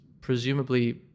presumably